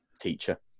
teacher